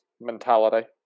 mentality